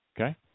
Okay